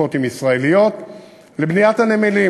משותפות עם ישראליות לבניית הנמלים,